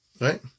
Right